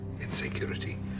insecurity